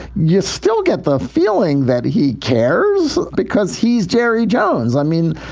you still get the feeling that he cares because he's jerry jones i mean,